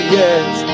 yes